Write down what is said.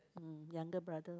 mm younger brother